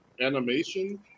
animation